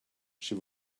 she